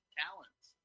talents